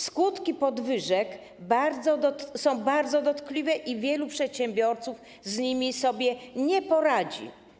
Skutki podwyżek są bardzo dotkliwe i wielu przedsiębiorców z nimi sobie nie poradzi.